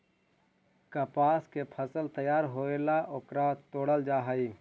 कपास के फसल तैयार होएला ओकरा तोडल जा हई